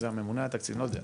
הממונה על התקציב, אני לא יודע.